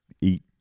eat